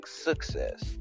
success